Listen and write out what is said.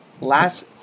last